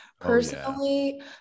personally